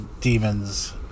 demons